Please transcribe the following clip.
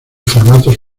formatos